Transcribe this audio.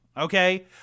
okay